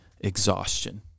exhaustion